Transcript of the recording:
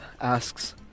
asks